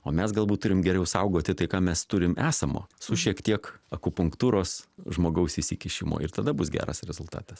o mes galbūt turim geriau saugoti tai ką mes turim esamo su šiek tiek akupunktūros žmogaus įsikišimo ir tada bus geras rezultatas